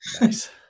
Nice